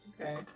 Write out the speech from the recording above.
Okay